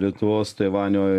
lietuvos taivanio